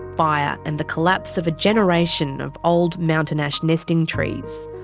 fire and the collapse of a generation of old mountain ash nesting trees.